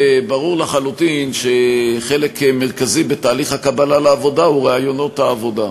ברור לחלוטין שחלק מרכזי בתהליך הקבלה לעבודה הוא ראיונות העבודה.